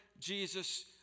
Jesus